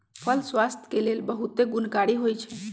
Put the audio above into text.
फल स्वास्थ्य के लेल बहुते गुणकारी होइ छइ